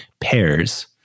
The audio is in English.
pairs